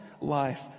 life